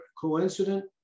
coincident